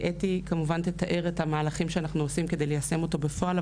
אתי כמובן תתאר את המהלכים שאנחנו עושים כדי ליישם אותו בפועל.